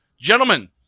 Gentlemen